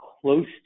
close